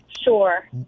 Sure